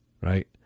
right